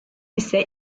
ise